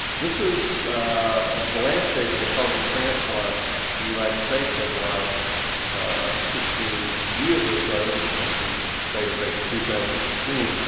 this is the landscape of autologous transplant in the united states over the last sixteen years or so. this is actually dated back to two thousand and sixteen.